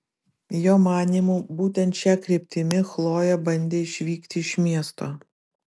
jo manymu būtent šia kryptimi chlojė bandė išvykti iš miesto